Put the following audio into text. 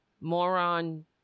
moron